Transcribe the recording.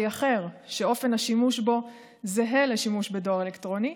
אחר שאופן השימוש בו זהה לשימוש בדואר אלקטרוני,